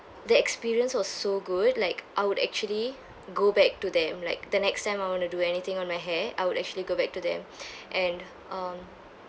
the experience was so good like I would actually go back to them like the next time I wanna do anything on my hair I would actually go back to them and um